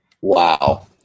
Wow